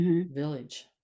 village